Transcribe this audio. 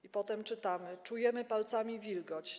I potem czytamy: „Czujemy palcami wilgoć.